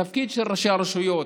התפקיד של ראשי הרשויות,